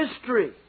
history